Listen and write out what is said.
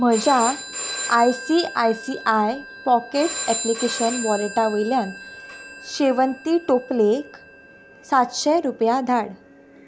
म्हज्या I C I C I pockets application वॉलेटा वयल्यान शेंवती टोपलेक सातशें रुपया धाड